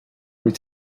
wyt